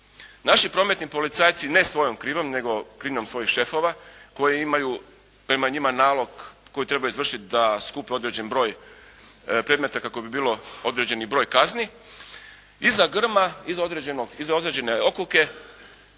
naši prometni policajci ne svojom krivnjom nego krivnjom svojih šefova koji imaju prema njima nalog koji trebaju izvršiti da skupe određeni broj predmeta, kako bi bilo, određeni broj kazni, iza grma, iza određene okuke,